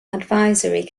advisory